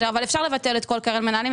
אבל אפשר לבטל את כל קרן מנהלים.